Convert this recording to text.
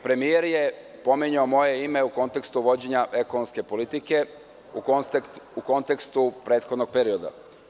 Premijer je pominjao moje ime u kontekstu vođenja ekonomske politike u kontekstu prethodnog perioda.